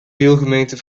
deelgemeente